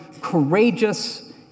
courageous